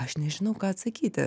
aš nežinau ką atsakyti